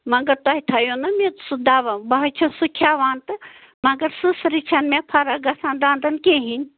مگر تۄہہِ تھایو نَہ مےٚ سُہ دوا بہٕ حظ سُہ کھٮ۪وان تہٕ مگر سٕسرِ چھَنہٕ مےٚ فرق گژھان دنٛدَن کِہیٖنۍ